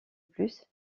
plus